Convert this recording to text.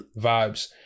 vibes